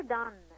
done